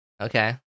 Okay